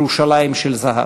"ירושלים של זהב".